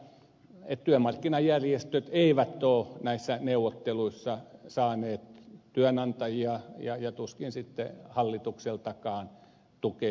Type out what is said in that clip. ymmärrän näin että työmarkkinajärjestöt eivät ole näissä neuvotteluissa saaneet työnantajilta ja tuskin sitten hallitukseltakaan tukea